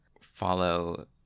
follow